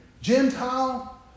Gentile